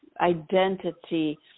identity